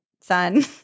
Son